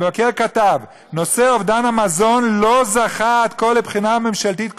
המבקר כתב: נושא אובדן המזון לא זכה עד כה לבחינה ממשלתית כוללת,